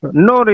no